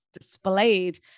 displayed